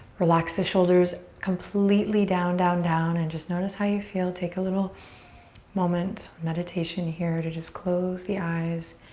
relax the shoulders completely down, down, down and just notice how you feel. take a little moment of meditation here to just close the eyes